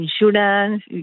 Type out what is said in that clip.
insurance